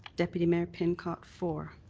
deputy mayor pincott for.